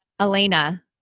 Elena